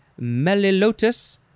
Melilotus